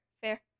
fair